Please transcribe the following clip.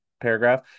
paragraph